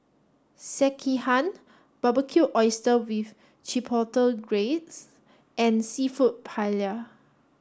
Sekihan Barbecued Oysters with Chipotle Glaze and Seafood Paella